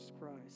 Christ